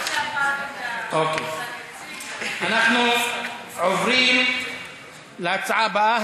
אנחנו עוברים להצעה הבאה,